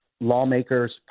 lawmakers